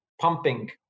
pumping